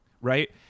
right